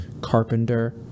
carpenter